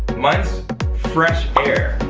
mine's fresh air.